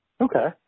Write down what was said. Okay